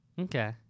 Okay